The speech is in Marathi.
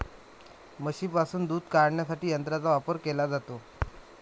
म्हशींपासून दूध काढण्यासाठी यंत्रांचा वापर केला जातो